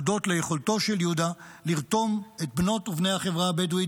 הודות ליכולתו של יהודה לרתום את בנות ובני החברה הבדואית